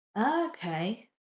okay